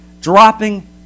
dropping